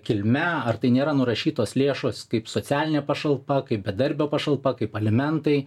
kilme ar tai nėra nurašytos lėšos kaip socialinė pašalpa kaip bedarbio pašalpa kaip alimentai